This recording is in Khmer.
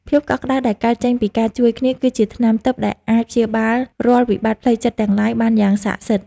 ភាពកក់ក្តៅដែលកើតចេញពីការជួយគ្នា គឺជាថ្នាំទិព្វដែលអាចព្យាបាលរាល់វិបត្តិផ្លូវចិត្តទាំងឡាយបានយ៉ាងស័ក្តិសិទ្ធិ។